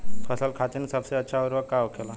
फसल खातीन सबसे अच्छा उर्वरक का होखेला?